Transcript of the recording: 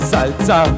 Salsa